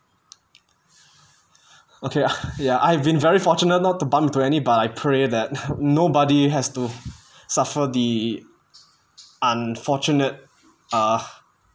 okay ya I've been very fortunate not to bump into any but I pray that nobody has to suffer the unfortunate uh